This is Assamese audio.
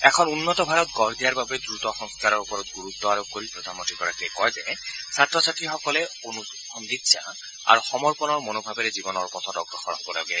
এখন উন্নত ভাৰত গঢ় দিয়াৰ বাবে দ্ৰুত সংস্কাৰৰ ওপৰত গুৰুত্ব আৰোপ কৰি প্ৰধানমন্ত্ৰীগৰাকীয়ে কয় যে ছাত্ৰ ছাত্ৰীসকলে অনুসন্ধিৎসা আৰু সমৰ্পণৰ মনোভাবেৰে জীৱনৰ পথত অগ্ৰসৰ হব লাগে